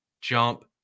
jump